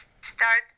start